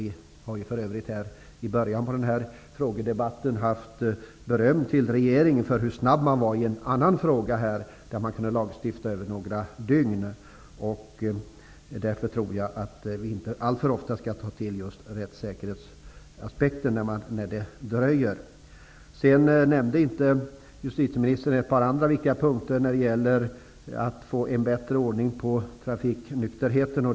Vi har för övrigt i början av den här frågedebatten hört beröm till regeringen för hur snabb man var i en annan fråga, där man kunde lagstifta över några dygn. Därför tror jag att vi inte alltför ofta skall ta till rättssäkerhetsaspekten när det dröjer. Justitieministern nämnde inte ett par andra viktiga punkter när det gäller att få en bättre ordning på trafiknykterheten.